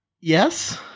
Yes